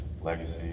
legacy